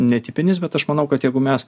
netipinis bet aš manau kad jeigu mes